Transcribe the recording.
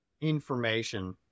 information